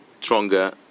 stronger